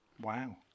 Wow